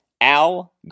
Al